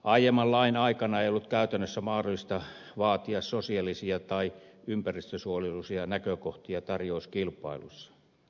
aiemman lain aikana ei ollut käytännössä mahdollista vaatia sosiaalisia tai ympäristönsuojelullisia näkökohtia tarjouskilpailuissa